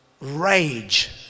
rage